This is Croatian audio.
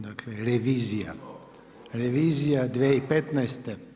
Dakle, revizija, revizija 2015.